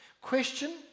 Question